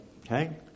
Okay